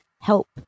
help